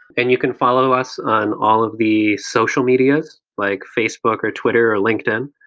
and you can follow us on all of the social medias, like facebook, or twitter, or linkedin.